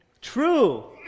True